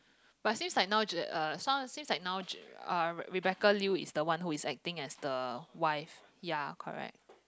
but seems like now j~ seems like now j~ uh Rebecca-Liu is the one who is acting as the wife ya correct